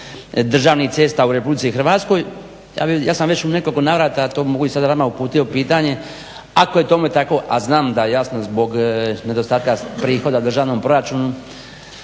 državnih cesta u RH ja sam već u nekoliko navrata a to mogu i sada vama uputio pitanje ako je tome tako a znam da jasno zbog nedostatka prihoda državnom proračunu